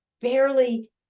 barely